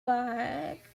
back